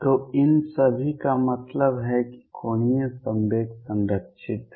तो इन सभी का मतलब है कि कोणीय संवेग संरक्षित है